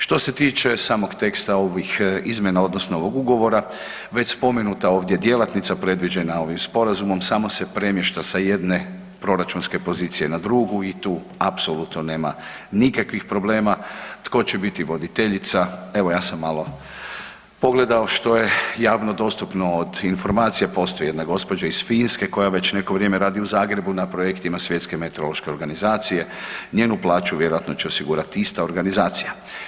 Što se tiče samog teksta ovih izmjena odnosno ugovora, već spomenuta ovdje djelatnica predviđena ovim sporazumom, samo se premješta sa jedne proračunske pozicije na drugu i tu apsolutno nema nikakvih problema tko će biti voditeljica, evo ja sam malo pogledao što je javno dostupno od informacija, postoji jedna gđa. iz Finske koja već neko vrijeme radi u Zagrebu na projektima Svjetske meteorološke organizacije, njenu plaću vjerojatno će osigurati ista organizacija.